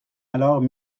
alors